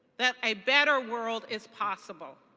that a better world is possible